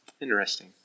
Interesting